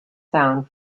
sound